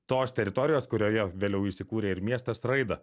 tos teritorijos kurioje vėliau įsikūrė ir miestas raidą